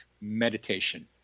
meditation